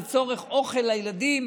לצורך אוכל לילדים.